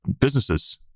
businesses